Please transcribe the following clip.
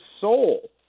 Soul